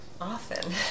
often